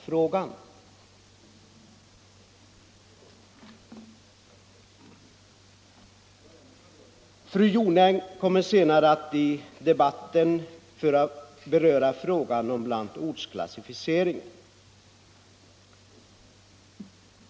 Fru Jonäng kommer senare i debatten att beröra frågan om bl.a. ortsklassificeringen.